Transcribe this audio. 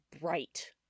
bright